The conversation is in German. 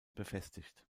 befestigt